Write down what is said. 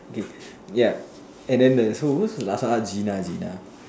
okay ya and then the so who's the last one ah Gina Gina